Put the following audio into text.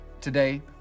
Today